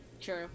True